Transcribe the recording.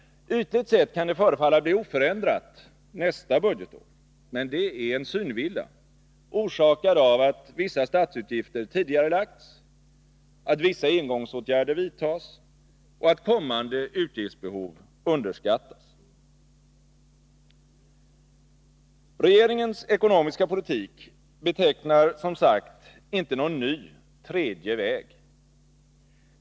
Ytligt sett kan det förefalla bli oförändrat nästa budgetår. Men det är en synvilla, orsakad av att vissa statsutgifter tidigarelagts, att vissa engångsåtgärder vidtas och att kommande utgiftsbehov underskattas. Regeringens ekonomiska politik betecknar som sagt inte någon ny tredje väg.